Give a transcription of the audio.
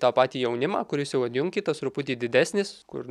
tą patį jaunimą kuris jau atjunkytas truputį didesnis kur